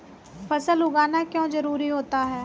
फसल उगाना क्यों जरूरी होता है?